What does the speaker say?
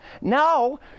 Now